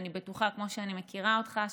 כמו שאני מכירה אותך,